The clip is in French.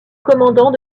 commandant